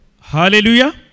Hallelujah